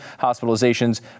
Hospitalizations